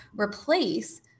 replace